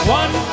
one